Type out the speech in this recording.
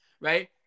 right